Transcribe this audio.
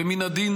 ומן הדין,